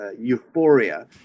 euphoria